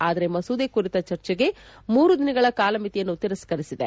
ಆದರೆ ಮಸೂದೆ ಕುರಿತ ಚರ್ಚೆಗೆ ಮೂರು ದಿನಗಳ ಕಾಲಮಿತಿಯನ್ನು ತಿರಸ್ತರಿಸಿದೆ